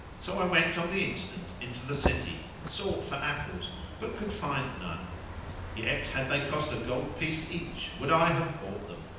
so i went on the instant into the city and sought for apples but could find none yet, had they cost a gold piece each, would i have bought them.